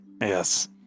Yes